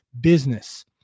business